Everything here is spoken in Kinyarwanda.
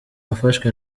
wafashwe